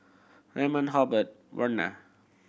Raymon Hobert Werner